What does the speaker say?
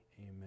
Amen